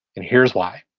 and here's why.